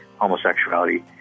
homosexuality